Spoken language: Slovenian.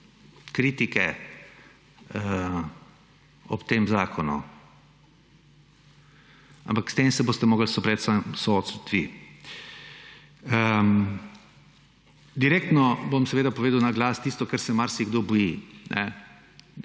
kritike ob tem zakonu. Ampak s tem se boste morali soočiti vi. Direktno bom seveda povedal naglas tisto, česar se marsikdo boji.